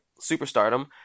superstardom